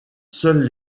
seuls